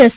S